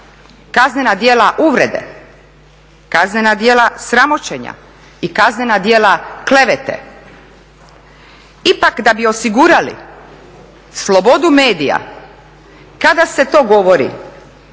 kaznena djela uvrede, kaznena djela sramoćenja i kaznena djela klevete ipak da bi osigurali slobodu medija, kada se to govori